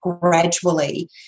gradually